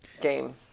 game